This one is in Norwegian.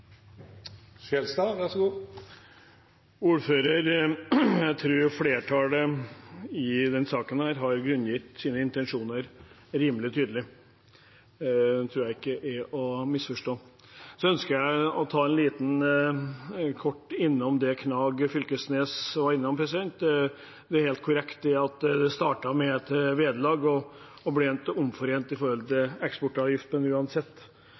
tror jeg ikke er til å misforstå. Jeg ønsker kort å komme innom det Knag Fylkesnes var inne på. Det er helt korrekt at det startet med et vederlag og ble omforent i forhold til eksportavgift. Uansett